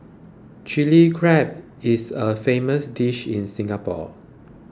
Chilli Crab is a famous dish in Singapore